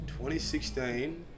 2016